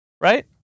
right